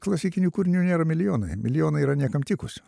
klasikinių kūrinių nėra milijonai milijonai yra niekam tikusių